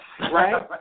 right